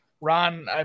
Ron